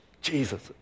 Jesus